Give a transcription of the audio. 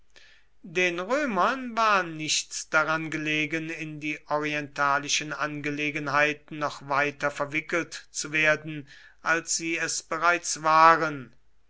den römern war nichts daran gelegen in die orientalischen angelegenheiten noch weiter verwickelt zu werden als sie es bereits waren